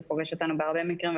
זה פוגש אותנו בהרבה מקרים,